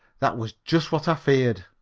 that was just what i feared.